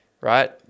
right